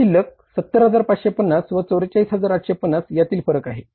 ही शिल्लक 70550 व 44850 यातील फरक आहे